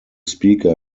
speaker